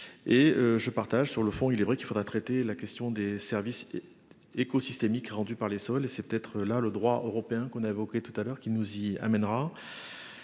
Et je partage sur le fond, il est vrai qu'il faudra traiter la question des services. Éco-systémiques rendu par les sols et c'est peut-être là le droit européen qu'on a évoqué tout à l'heure qui nous y amènera.